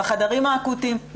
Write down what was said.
בחדרים האקוטיים,